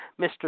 Mr